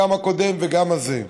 גם הקודם וגם זה.